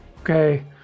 Okay